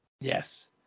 Yes